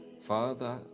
Father